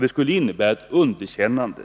Det skulle innebära ett underkännande